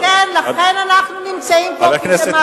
כן, לכן אנחנו נמצאים פה, כי זה מאבק מאוד חשוב.